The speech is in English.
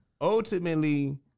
ultimately